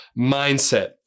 mindset